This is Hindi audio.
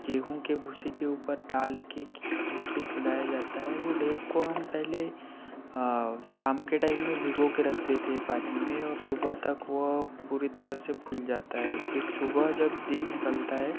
गेहूँ के भूसे के ऊपर डाल कर उसको खिलाया जाता है वो ढेप को हम पहले शाम के टाइम में भिगो कर रख देते हैं पानी में और सुबह तक वह पूरी तरह से फूल जाता है फिर सुबह जब दिन निकलता है